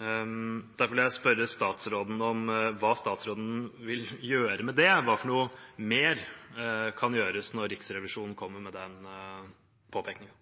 Derfor vil jeg spørre statsråden: Hva vil statsråden gjøre med det? Hva mer kan gjøres når Riksrevisjonen kommer med den påpekningen?